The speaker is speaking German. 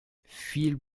viel